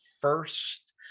first